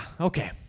okay